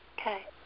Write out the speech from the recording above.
Okay